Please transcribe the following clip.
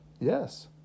Yes